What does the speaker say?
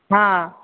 हँ